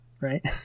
right